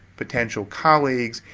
potential colleagues,